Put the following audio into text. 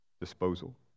Disposal